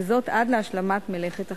עד השלמת מלאכת החקיקה.